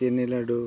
ᱪᱤᱱᱤ ᱞᱟᱹᱰᱩ